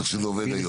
איך שזה עובד היום.